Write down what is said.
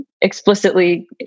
explicitly